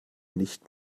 nicht